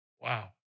Wow